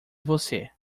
você